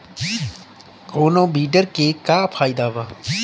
कौनो वीडर के का फायदा बा?